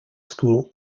school